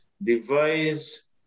devise